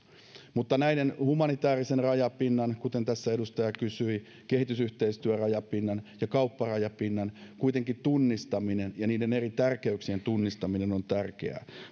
kuitenkin humanitäärisen rajapinnan kuten tässä edustaja kysyi kehitysyhteistyörajapinnan ja kaupparajapinnan tunnistaminen ja niiden eri tärkeyksien tunnistaminen on tärkeää